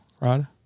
rod